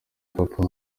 papa